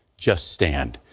just stand.